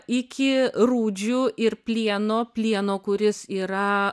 iki rūdžių ir plieno plieno kuris yra